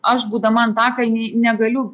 aš būdama antakalny negaliu